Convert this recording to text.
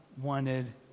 wanted